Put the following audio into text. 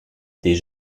des